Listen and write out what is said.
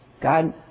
God